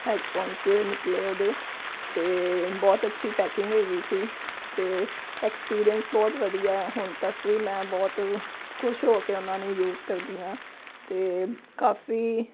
headphones ਨਿਕਲੇ ਉਹਦੇ ਅਤੇ ਬਹੁਤ ਅੱਛੀ ਪੈਕਿੰਗ ਹੈਗੀ ਸੀ ਅਤੇ ਐਕਸਪੀਰੀਐਂਸ ਬਹੁਤ ਵਧੀਆ ਹੁਣ ਤੱਕ ਵੀ ਮੈਂ ਬਹੁਤ ਖੁਸ਼ ਹੋ ਕੇ ਉਹਨਾਂ ਨੂੰ ਯੂਜ਼ ਕਰਦੀ ਹਾਂ ਅਤੇ ਕਾਫ਼ੀ